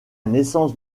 naissance